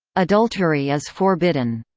adultery is forbidden.